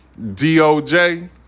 DOJ